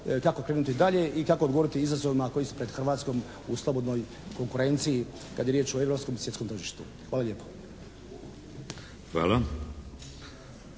kako krenuti dalje i kako odgovoriti izazovima koji su pred Hrvatskom u slobodnoj konkurenciji kad je riječ o europskom i svjetskom tržištu. Hvala lijepo.